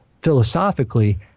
philosophically